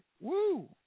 Woo